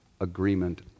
agreement